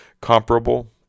comparable